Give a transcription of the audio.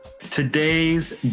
Today's